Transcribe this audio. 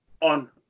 on